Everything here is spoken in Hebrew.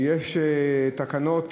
ויש תקנות